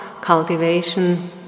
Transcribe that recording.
cultivation